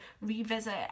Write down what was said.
revisit